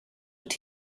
but